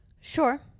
Sure